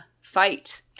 fight